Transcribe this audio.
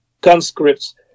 conscripts